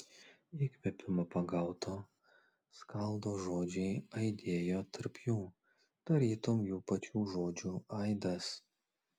įkvėpimo pagauto skaldo žodžiai aidėjo tarp jų tarytum jų pačių žodžių aidas